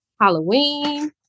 Halloween